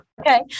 Okay